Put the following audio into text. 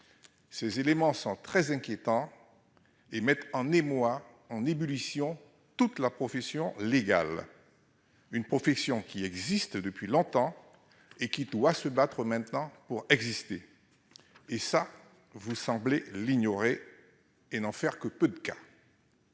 Ces éléments sont très inquiétants et mettent en émoi, en ébullition, toute la profession légale, qui existe depuis longtemps et qui doit maintenant se battre pour exister. Cela, vous semblez l'ignorer ou n'en faire que peu de cas.